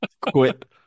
Quit